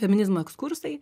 feminizmo ekskursai